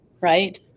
right